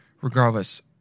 Regardless